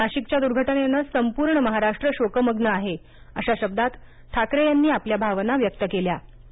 नाशिकच्या दुर्घटनेने संपूर्ण महाराष्ट्र शोकमग्न आहे अशा शब्दांत ठाकरे यांनी आपल्या भावना व्यक्त केल्या आहेत